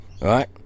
right